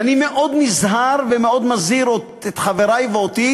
ואני מאוד נזהר ומאוד מזהיר את חברי ואת עצמי